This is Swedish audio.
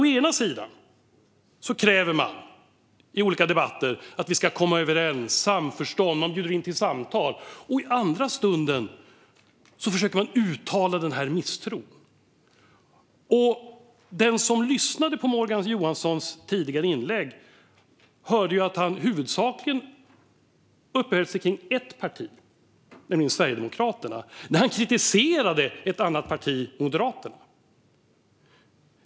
Å ena sidan kräver man i olika debatter att vi ska komma överens. Det talas om samförstånd, och man bjuder in till samtal. Å andra sidan försöker man att uttala denna misstro. Den som lyssnade på Morgan Johanssons tidigare inlägg hörde att han huvudsakligen uppehöll sig kring ett parti - Sverigedemokraterna - när han kritiserade ett annat parti: Moderaterna.